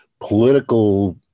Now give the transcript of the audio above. political